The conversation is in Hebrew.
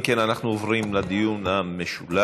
אם כן, אנחנו עוברים לדיון המשולב.